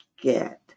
get